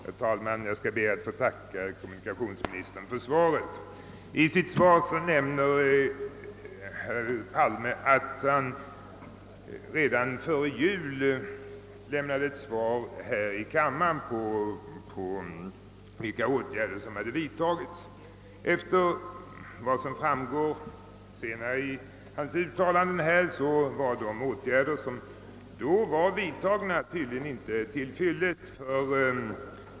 Herr talman! Jag ber att få tacka kommunikationsministern för svaret. Statsrådet säger att han redan före jul här i kammaren gav besked om vilka atgärder som hade vidtagits. Efter vad som nu framgår av hans svar var de åtgärder som då vidtogs inte till fyllest.